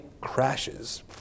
crashes